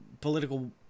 political